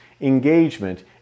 engagement